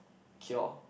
cure